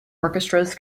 orchestras